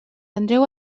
andreu